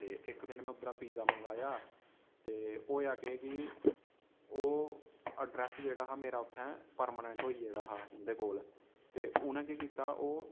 ते इक दिन में उद्धरा पिज़्ज़ा मंगाया ते होएया केह् कि ओह् अड्रेस जेह्ड़ा हा मेरा उत्थै परमानेन्ट होई गेदा हा उं'दे कोल ते उ'नें केह् कीता कि ओह्